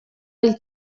hil